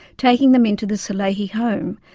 taking them into the salehi home,